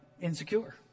insecure